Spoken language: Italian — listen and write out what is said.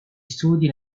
studi